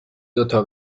دوتا